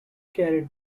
carried